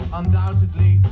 undoubtedly